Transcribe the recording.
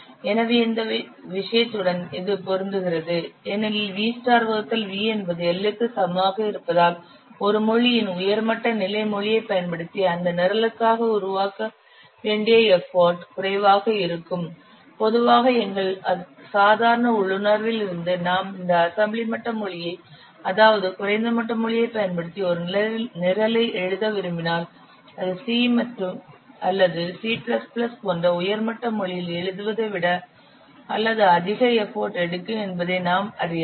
எனவே இந்த விஷயத்துடன் இது பொருந்துகிறது ஏனெனில் V வகுத்தல் V என்பது L க்கு சமமாக இருப்பதால் ஒரு மொழியின் உயர் மட்ட நிலை மொழியைப் பயன்படுத்தி அந்த நிரலுக்காக உருவாக்க வேண்டிய எஃபர்ட் குறைவாக இருக்கும் பொதுவாக எங்கள் சாதாரண உள்ளுணர்வில் இருந்து நாம் இந்த அசம்பிளி மட்ட மொழியைப் அதாவது குறைந்த மட்ட மொழியைப் பயன்படுத்தி ஒரு நிரலை எழுத விரும்பினால் அது C அல்லது C போன்ற உயர் மட்ட மொழியில் எழுதுவதைவிட அல்லது அதிக எஃபர்ட் எடுக்கும் என்பதை நாம் அறியலாம்